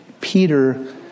Peter